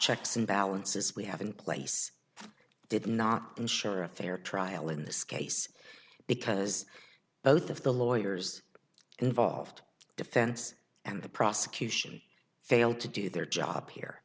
checks and balances we have in place did knocked ensure a fair trial in this case because both of the lawyers involved defense and the prosecution failed to do their job here